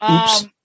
Oops